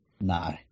No